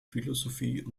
philosophie